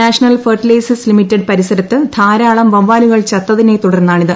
national fertilisers limited പരിസരത്ത് ധാരാളം വവ്വാലുകൾ ചത്തതിനെ തുടർന്നാണിത്